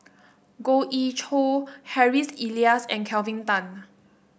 Goh Ee Choo Harry Elias and Kelvin Tan